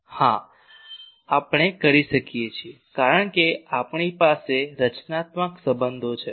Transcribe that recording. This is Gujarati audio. હા આપણે કરી શકીએ કારણ કે આપણી પાસે રચનાત્મક સંબંધો છે